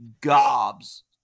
gobs